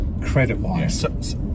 credit-wise